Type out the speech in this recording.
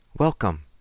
Welcome